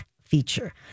feature